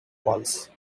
walls